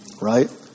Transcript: Right